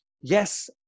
yes